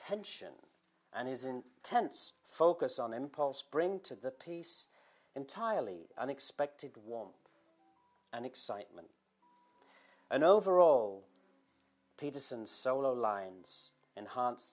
tension and isn't tense focus on impulse bring to the peace entirely unexpected warm and excitement and overall peterson solo lines enhan